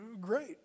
great